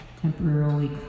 temporarily